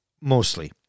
mostly